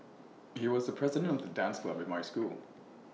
he was the president of the dance club in my school